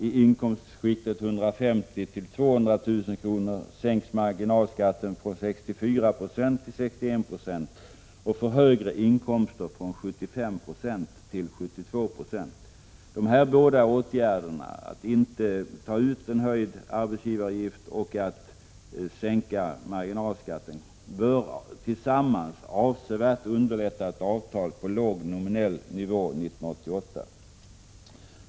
I inkomstskiktet 150 000-200 000 kr. sänks den från 64 96 till 61 Jo och för högre inkomster från 75 96 till 72 90. Dessa båda åtgärder, dvs. att inte ta ut någon höjd arbetsgivaravgift och att sänka marginalskatten, bör tillsammans avsevärt underlätta ett avtal på låg nominell nivå 1988.